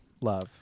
Love